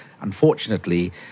unfortunately